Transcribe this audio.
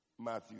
Matthew